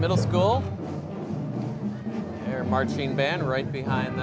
middle school or marching band right behind